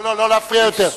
לא, לא להפריע יותר.